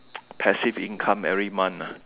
passive income every month ah